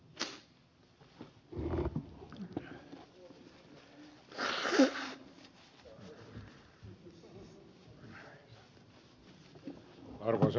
arvoisa herra puhemies